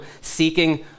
seeking